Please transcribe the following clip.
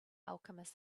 alchemist